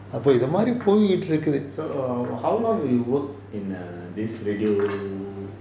so how long you work in err this radio